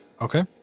okay